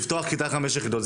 לפתוח כיתה של חמש יחידות,